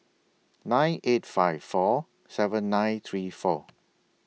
nine eight five four seven nine three four